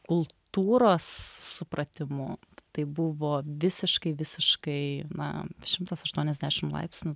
kultūros supratimu tai buvo visiškai visiškai na šimtas aštuoniasdešim laipsnių